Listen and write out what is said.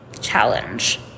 challenge